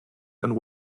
and